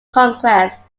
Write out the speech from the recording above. conquest